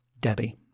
Debbie